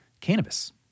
cannabis